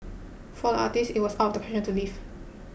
for the artist it was out of the question to leave